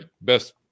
best